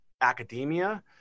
academia